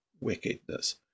wickedness